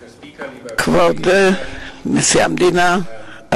להלן תרגומם הסימולטני) כבוד נשיא המדינה,